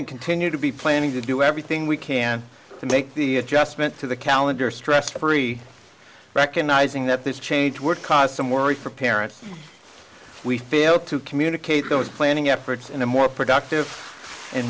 and continue to be planning to do everything we can to make the adjustment to the calendar stress free recognizing that this change would cause some worry for parents we fail to communicate those planning efforts in a more productive and